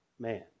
man